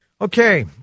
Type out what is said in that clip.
Okay